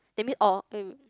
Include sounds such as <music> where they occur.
that mean all <noise>